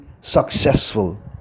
successful